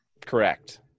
Correct